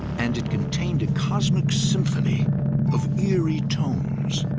and it contained a cosmic symphony of eerie tones,